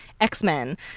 X-Men